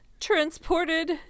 transported